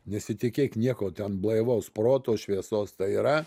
nesitikėk nieko ten blaivaus proto šviesos tai yra